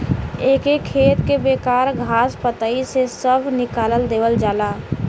एके खेत के बेकार घास पतई से सभ निकाल देवल जाला